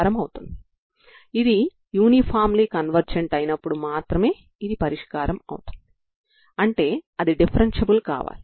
ఇక్కడ మీరు n విలువను 0 నుండి ∞ గా కలిగి ఉన్నారు మరియుn0cos 2n1πx2L Bn2n1πc2Lg మీ వద్ద ఉంది